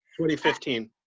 2015